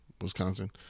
Wisconsin